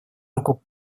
руку